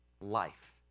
life